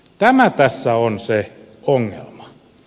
tämä tässä on se ongelma